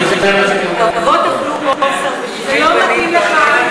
זה לא מתאים לך.